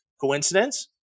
Coincidence